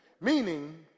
Meaning